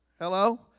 Hello